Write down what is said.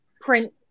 print